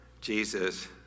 Jesus